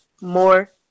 more